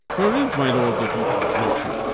where is my lord the duke of gloster?